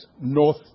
North